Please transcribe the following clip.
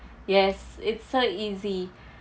yes it's so easy